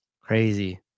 crazy